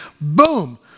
boom